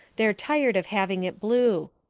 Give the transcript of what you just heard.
they're tired of having it blue.